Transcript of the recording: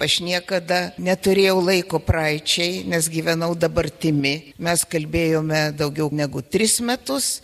aš niekada neturėjau laiko praeičiai nes gyvenau dabartimi mes kalbėjome daugiau negu tris metus